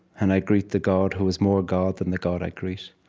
and i greet the god who is more god than the god i greet.